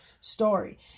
story